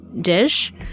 dish